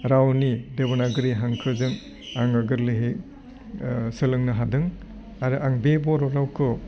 रावनि देब'नाग्रि हांखोजों आङो गोरलैयै सोलोंनो हादों आरो आं बे बर' रावखौ